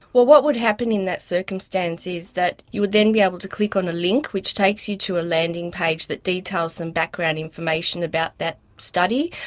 well, what would happen in that circumstance is that you would then be able to click on a link which takes you to a landing page that details some background information about that study,